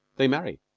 they marry,